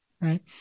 Right